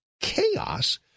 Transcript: chaos